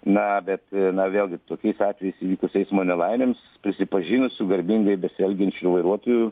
na bet na vėlgi tokiais atvejais įvykus eismo nelaimėms prisipažinusių garbingai besielgiančių vairuotojų